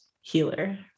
healer